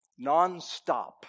nonstop